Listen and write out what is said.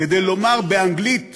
כדי לומר באנגלית